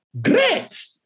Great